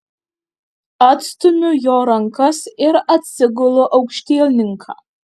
atstumiu jo rankas ir atsigulu aukštielninka